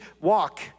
walk